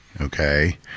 okay